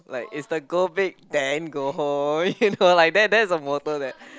like is the go big then go home you know like that that is the motto there